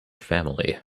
family